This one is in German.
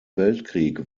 weltkrieg